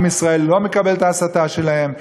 עם ישראל לא מקבל את ההסתה שלהם.